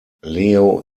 leo